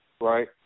right